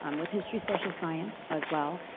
um with history-social science as well,